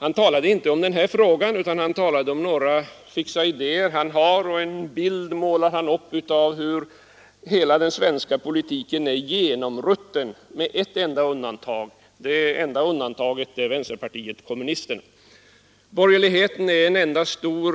Han talade inte om den här frågan utan om några fixa idéer som han har och målade upp en bild av att hela den svenska politiken är genomrutten med ett enda undantag — vänsterpartiet kommunisterna, Borgerligheten är en enda stor